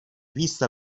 vista